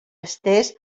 estès